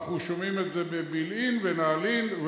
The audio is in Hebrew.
אנחנו שומעים את זה בבילעין ונעלין,